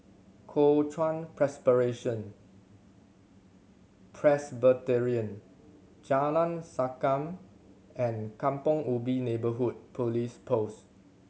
Kuo Chuan Presbyterian Jalan Sankam and Kampong Ubi Neighbourhood Police Post